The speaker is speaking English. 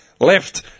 left